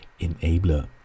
enabler